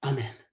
Amen